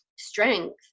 Strength